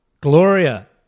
Gloria